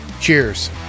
cheers